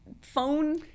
phone